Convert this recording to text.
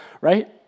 right